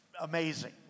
amazing